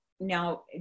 Now